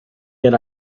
yet